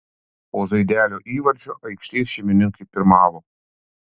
po zaidelio įvarčio aikštės šeimininkai pirmavo